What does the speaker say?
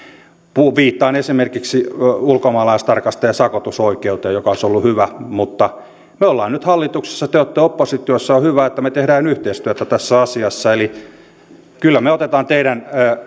viittaan esimerkiksi ulkomaalaistarkastajan sakotusoikeuteen joka olisi ollut hyvä mutta me olemme nyt hallituksessa te olette oppositiossa on hyvä että me teemme yhteistyötä tässä asiassa eli kyllä me otamme teidän